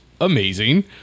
amazing